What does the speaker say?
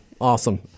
awesome